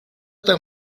tan